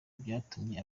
byatumye